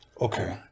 Okay